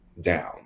down